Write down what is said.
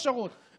הכשרות,